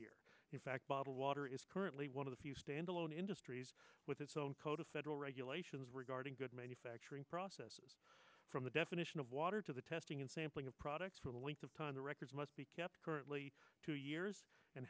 year in fact bottled water is currently one of the few standalone industries with its own code of federal regulations regarding good manufacturing processes from the definition of water to the testing and sampling of products for the length of time the records must be kept currently two years and